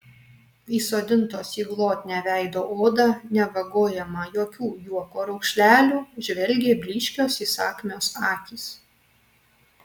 įsodintos į glotnią veido odą nevagojamą jokių juoko raukšlelių žvelgė blyškios įsakmios akys